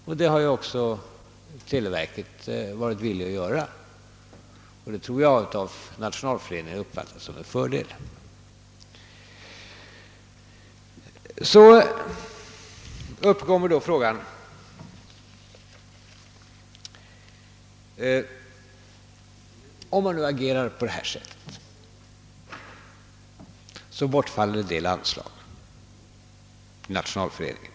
Detta har också televerket gått med på och det tror jag att Nationalföreningen har uppfattat som en fördel. Om denna verksamhet nu avvecklas bortfaller alltså en del anslag till Nationalföreningen.